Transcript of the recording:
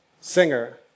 singer